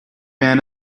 man